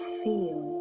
feel